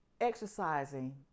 exercising